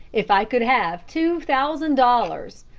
if i could have two thousand dollars.